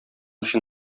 өчен